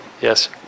Yes